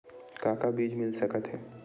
का का बीज मिल सकत हे?